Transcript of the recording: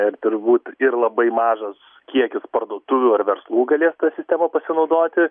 ir turbūt ir labai mažas kiekis parduotuvių ar verslų galės ta sistema pasinaudoti